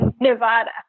Nevada